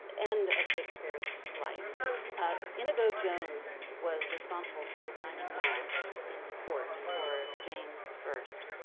end of shakespeare's life indigo jones was responsible for designing masks in court for james the first.